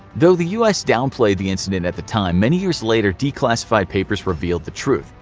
though the u s downplayed the incident at the time, many years later declassified papers revealed the truth.